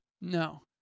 No